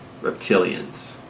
reptilians